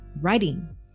Writing